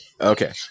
Okay